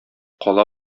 кала